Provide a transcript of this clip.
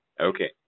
Okay